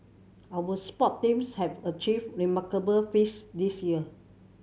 our sport teams have achieved remarkable feats this year